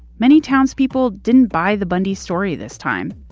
many townspeople didn't buy the bundy story this time.